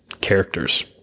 characters